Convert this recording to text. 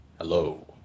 Hello